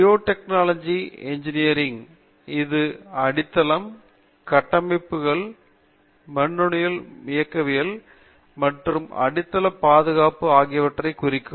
geotechnical engineering இது அடித்தளம் கட்டமைப்புகள் மண்ணின் இயக்கவியல் மற்றும் அடித்தள பாதுகாப்பு ஆகியவற்றை குறிக்கும்